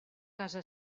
casa